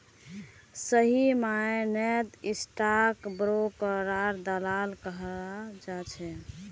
सही मायनेत स्टाक ब्रोकरक दलाल कहाल जा छे